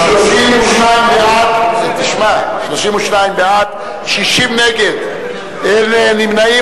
32 בעד, 60 נגד, אין נמנעים.